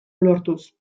lortuz